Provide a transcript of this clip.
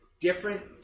Different